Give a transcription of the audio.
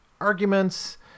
arguments